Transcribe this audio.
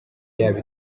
yabo